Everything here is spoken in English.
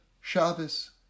Shabbos